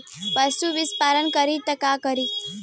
पशु विषपान करी त का करी?